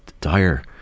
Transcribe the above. dire